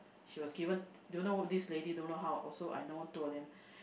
she was given don't know this lady don't know how also I know two of them